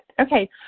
Okay